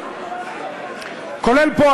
כולל פה,